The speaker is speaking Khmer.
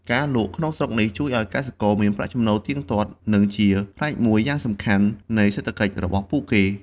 ការលក់ក្នុងស្រុកនេះជួយឱ្យកសិករមានប្រាក់ចំណូលទៀងទាត់ និងជាផ្នែកមួយយ៉ាងសំខាន់នៃសេដ្ឋកិច្ចរបស់ពួកគេ។